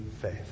faith